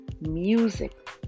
music